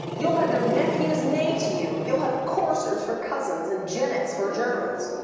you'll have your nephews neigh to you you'll have coursers for cousins and jennet for germans.